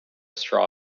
straw